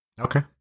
okay